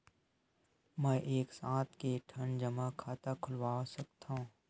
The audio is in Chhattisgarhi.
मैं एक साथ के ठन जमा खाता खुलवाय सकथव?